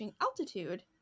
altitude